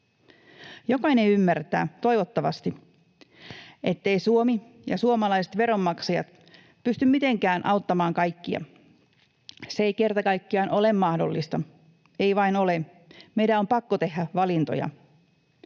Jokainen ymmärtää, toivottavasti, etteivät Suomi ja suomalaiset veronmaksajat pysty mitenkään auttamaan kaikkia. Se ei kerta kaikkiaan ole mahdollista, ei vain ole. Meidän on pakko tehdä valintoja.